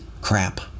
crap